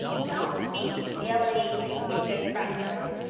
don't be silly, she said practically,